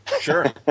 Sure